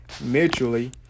mutually